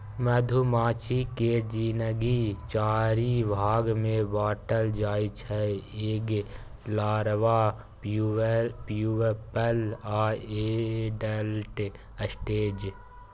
मधुमाछी केर जिनगी चारि भाग मे बाँटल जाइ छै एग, लारबा, प्युपल आ एडल्ट स्टेज